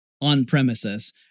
on-premises